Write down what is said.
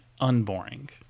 unboring